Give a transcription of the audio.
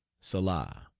selah!